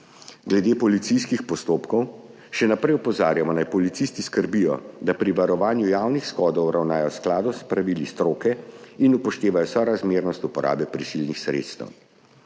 Glede policijskih postopkov še naprej opozarjamo, naj policisti skrbijo, da pri varovanju javnih shodov ravnajo v skladu s pravili stroke in upoštevajo sorazmernost uporabe prisilnih sredstev.